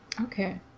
Okay